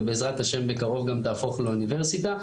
ובעזרת השם בקרוב גם תהפוך לאוניברסיטה,